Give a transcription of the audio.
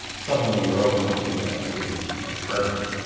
suddenly you're open to being a murderer.